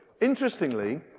Interestingly